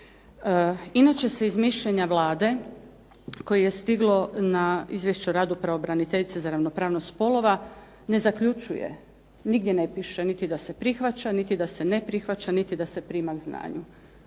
Inače se iz mišljenja Vlade koji je stiglo na Izvješće o radu pravobraniteljice za ravnopravnost spolova ne zaključuje, nigdje ne piše niti da se prihvaća, niti da se ne prihvaća niti da se prima k znanju,